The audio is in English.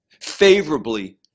favorably